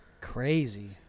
Crazy